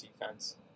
defense